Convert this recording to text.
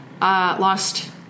lost